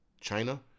China